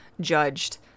judged